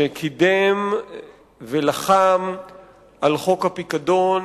שקידם ולחם על חוק הפיקדון